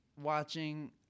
watching